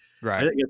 Right